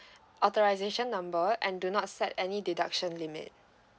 authorisation number do not set any deduction limit